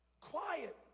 Quiet